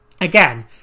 again